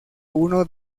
uno